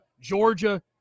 Georgia